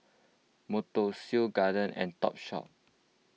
Monto Seoul Garden and Topshop